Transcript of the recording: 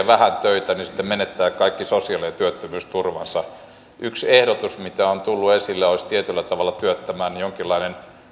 vähän töitä niin sitten menettää kaikki sosiaali ja työttömyysturvansa yksi ehdotus joka on tullut esille olisi tietyllä tavalla jonkinlainen työttömän